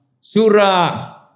Surah